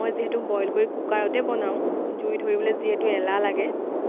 মই যিহেতু বইল কৰি কুকাৰতে বনাওঁ জুই ধৰিবলৈ যিহেতু এলাহ লাগে